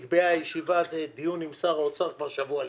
כי נקבע דיון עם שר האוצר כבר שבוע לפני.